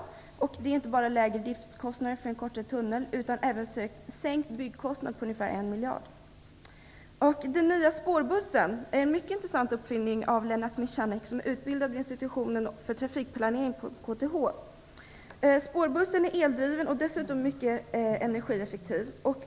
Det skulle inte bara innebära lägre driftskostnader för en kortare tunnel utan även sänkt byggkostnad med ungefär 1 miljard. Den nya spårbussen är en mycket intressant uppfinning av Lennart Michanek som är utbildad vid institutionen för trafikplanering på KTH. Spårbussen är eldriven och dessutom mycket energieffektiv.